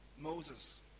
Moses